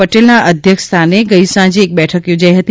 પટેલના અધ્યક્ષ સ્થાને ગઈ સાંજે એક બેઠક યોજાઇ હતી